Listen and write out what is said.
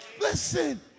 Listen